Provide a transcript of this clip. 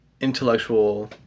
intellectual